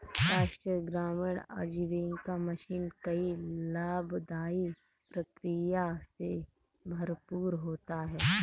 राष्ट्रीय ग्रामीण आजीविका मिशन कई लाभदाई प्रक्रिया से भरपूर होता है